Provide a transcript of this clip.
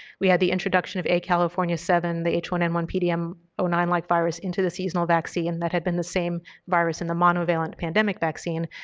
we had the introduction of a california seven, the h one n one p d m zero nine like virus into the seasonal vaccine, that had been the same virus in the monovalent pandemic vaccine,